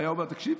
והיה אומר: תקשיבו,